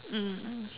mm mm